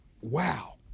wow